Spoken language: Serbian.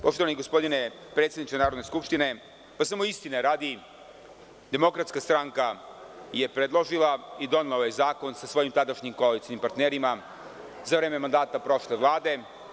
Poštovani gospodine predsedniče Narodne skupštine, samo istine radi, DS je predložila i donela ovaj zakon sa svojim tadašnjim koalicionim partnerima za vreme mandata prošle Vlade.